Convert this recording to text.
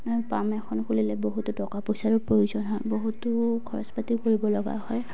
পাম এখন খুলিলে বহুতো টকা পইচাৰো প্ৰয়োজন হয় বহুতো খৰচ পাতি কৰিব লগা হয়